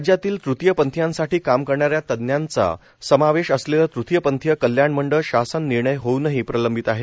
राज्यातील तृतीय पंथीयांसाठी काम करणाऱ्या तज्ज्ञांचा समावेश असलेले तृतीयपंथीय कल्याण मंडळ शासन निर्णय होऊनही प्रलंबित आहे